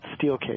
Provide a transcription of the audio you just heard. Steelcase